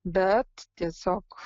bet tiesiog